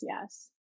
Yes